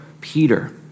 Peter